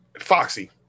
Foxy